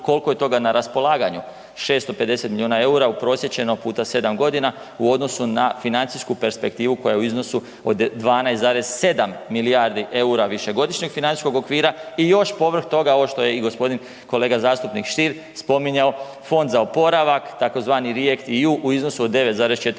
kolko je toga na raspolaganju, 650 milijuna EUR-a uprosječeno puta 7.g. u odnosu na financijsku perspektivu koja je u iznosu od 12,7 milijardi EUR-a višegodišnjeg financijskog okvira i još povrh toga, ovo što je i g. kolega zastupnik Stier spominjao, Fond za oporavak tzv. ReactEU u iznosu od 9,4